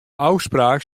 ôfspraak